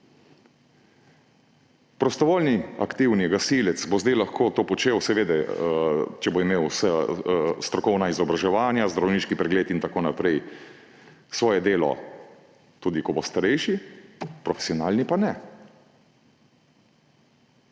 Prostovoljni aktivni gasilec bo zdaj to lahko počel, seveda če bo imel vsa strokovna izobraževanja, zdravniški pregled in tako naprej, svoje delo, tudi ko bo starejši, profesionalni pa ne.